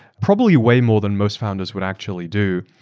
probably way more than most founders would actually do.